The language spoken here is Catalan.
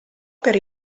per